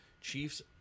Chiefs